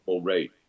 rate